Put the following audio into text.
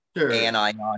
anion